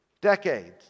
decades